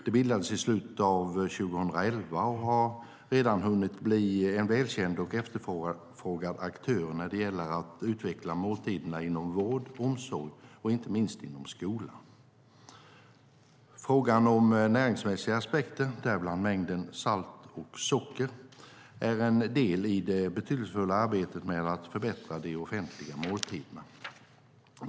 Det bildades i slutet av 2011 och har redan hunnit bli en välkänd och efterfrågad aktör när det gäller att utveckla måltiderna inom vård, omsorg och inte minst inom skolan. Frågan om näringsmässiga aspekter, däribland mängden salt och socker, är en del i det betydelsefulla arbetet med att förbättra de offentliga måltiderna.